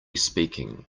speaking